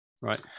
right